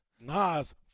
Nas